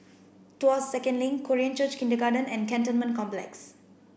Tuas Second Link Korean Church Kindergarten and Cantonment Complex